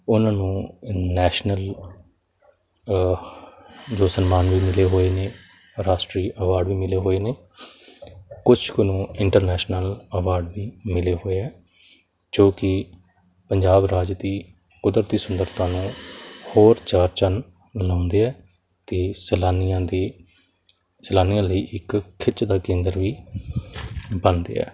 ਉਹਨਾਂ ਨੂੰ ਨੈਸ਼ਨਲ ਜੋ ਸਨਮਾਨ ਵੀ ਮਿਲੇ ਹੋਏ ਨੇ ਰਾਸ਼ਟਰੀ ਅਵਾਰਡ ਵੀ ਮਿਲੇ ਹੋਏ ਨੇ ਕੁਛ ਨੂੰ ਇੰਟਰਨੈਸ਼ਨਲ ਅਵਾਰਡ ਨੂੰ ਮਿਲੀ ਹੋਏ ਜੋ ਕਿ ਪੰਜਾਬ ਰਾਜ ਦੀ ਕੁਦਰਤੀ ਸੁੰਦਰਤਾ ਨੂੰ ਹੋਰ ਚਾਰ ਚੰਨ ਲਾਉਂਦੇ ਆ ਅਤੇ ਸੈਲਾਨੀਆਂ ਦੀ ਸੈਲਾਨੀਆਂ ਲਈ ਇੱਕ ਖਿੱਚ ਦਾ ਕੇਂਦਰ ਵੀ ਬਣਦੇ ਹੈ